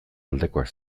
aldekoak